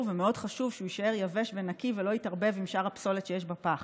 ומאוד חשוב שהוא יישאר יבש ונקי ולא יתערבב עם שאר הפסולת שיש בפח.